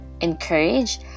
encourage